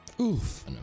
Oof